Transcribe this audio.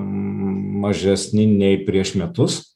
mažesni nei prieš metus